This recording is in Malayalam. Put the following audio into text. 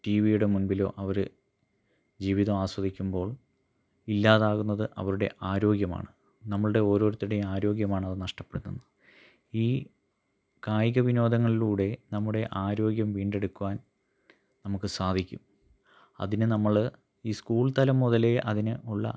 ടി വിടെ മുൻപിലോ അവർ ജീവിതം ആസ്വദിക്കുമ്പോൾ ഇല്ലാതാകുന്നത് അവരുടെ ആരോഗ്യമാണ് നമ്മളുടെ ഓരോരുത്തരുടെ ആരോഗ്യമാണത് നഷ്ടപ്പെടുത്തുന്നത് ഈ കായിക വിനോദങ്ങളിലൂടെ നമ്മുടെ ആരോഗ്യം വീണ്ടെടുക്കുവാൻ നമുക്ക് സാധിക്കും അതിന് നമ്മൾ ഈ സ്കൂൾ തലം മുതലേ അതിന് ഉള്ള